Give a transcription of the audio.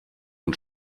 man